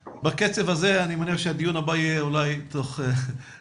בקצב הזה אני מניח שהדיון הבא יהיה אולי גם תוך שבועיים